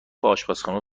آشپزخانه